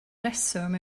rheswm